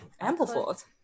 Ampleforth